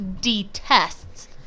detests